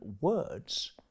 words